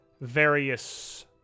various